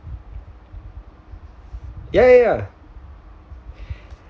ya ya ya